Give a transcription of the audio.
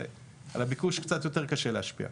ועל הביקוש קצת יותר קשה להשפיע.